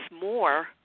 more